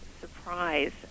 surprise